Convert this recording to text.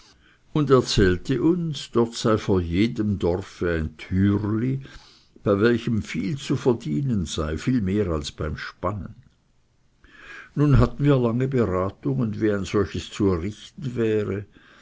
und erzählte uns dort sei vor jedem dorf ein türli bei welchem viel zu verdienen sei viel mehr als beim spannen nun hatten wir lange beratungen wie ein solches zu errichten wäre